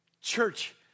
church